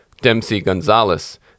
Dempsey-Gonzalez